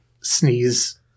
sneeze